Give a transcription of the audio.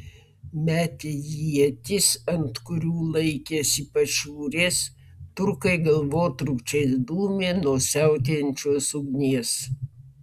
metę ietis ant kurių laikėsi pašiūrės turkai galvotrūkčiais dūmė nuo siautėjančios ugnies